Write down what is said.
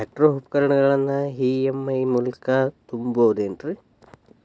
Tractor ಉಪಕರಣಗಳನ್ನು EMI ಮೂಲಕ ತುಂಬಬಹುದ ಏನ್?